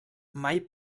mai